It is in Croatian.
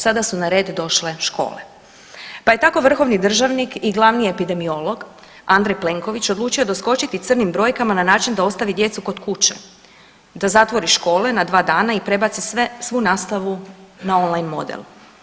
Sada su na red došle škole, pa je tako vrhovni državnik i glavni epidemiolog Andrej Plenković odlučio doskočiti crnim brojkama na način da ostavi djecu kod kuće, da zatvori škole na dva dana i prebaci svu nastavu na on line model.